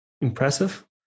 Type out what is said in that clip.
impressive